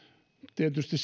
tietysti